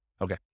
Okay